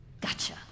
gotcha